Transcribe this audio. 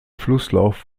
flusslauf